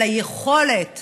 על היכולת